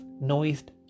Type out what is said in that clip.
noised